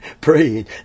praying